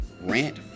rant